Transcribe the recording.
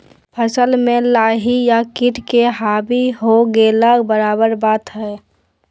फसल में लाही या किट के हावी हो गेला बराबर बात हइ